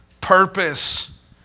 Purpose